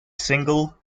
single